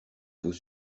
vos